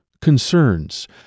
concerns